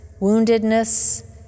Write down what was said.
woundedness